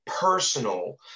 personal